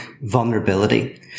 vulnerability